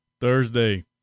Thursday